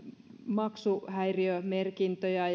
maksuhäiriömerkintöjä